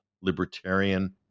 libertarian